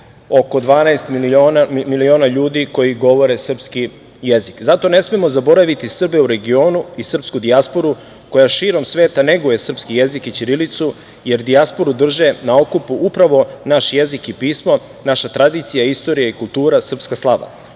oko 12 miliona ljudi koji govore srpski jezik. Zato ne smemo zaboraviti Srbe u regionu i srpsku dijasporu koja širom sveta neguje srpski jezik i ćirilicu, jer dijasporu drže na okupu upravo naš jezik i pismo, naša tradicija, istorija i kultura, srpska slava. Ovaj